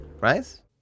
right